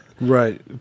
Right